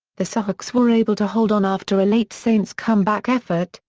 the seahawks were able to hold on after a late saints comeback effort,